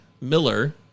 Miller